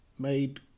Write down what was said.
made